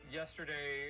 yesterday